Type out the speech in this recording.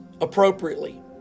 appropriately